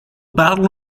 battle